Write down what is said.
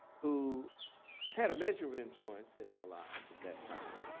who had a major influence in their lives at that time.